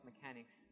mechanics